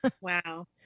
Wow